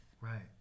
Right